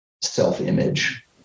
self-image